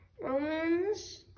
Romans